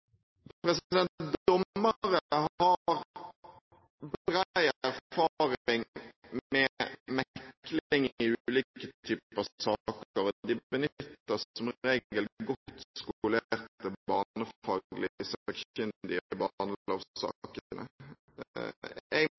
Dommere har bred erfaring med mekling i ulike typer saker, og de benytter som regel godt skolerte barnefaglig sakkyndige i barnelovsakene. Jeg mener at de forsterkningstiltakene jeg har redegjort for,